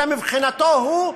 אלא מבחינתו-הוא,